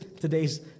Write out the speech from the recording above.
today's